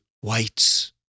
Whites